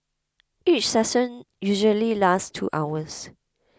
each session usually lasts two hours